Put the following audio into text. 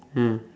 mm